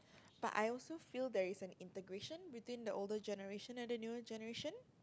but I also feel there is an integration between the older generation and the newer generation